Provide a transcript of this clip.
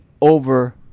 over